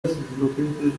located